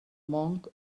monk